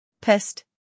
Pissed